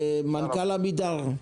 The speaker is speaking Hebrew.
מנכ"ל עמידר,